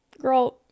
Girl